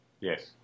yes